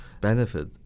benefit